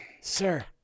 sir